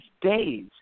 days